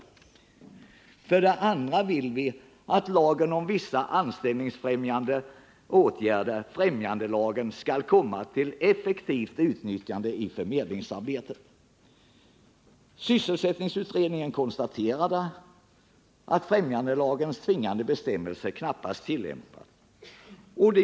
2 För det andra vill vi att lagen om vissa anställningsfrämjande åtgärder — främjandelagen — skall komma till effektivt utnyttjande i förmedlingsarbetet. Sysselsättningsutredningen konstaterade att främjandelagens tvingande bestämmelse knappast tillämpats.